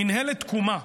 מינהלת תקומה,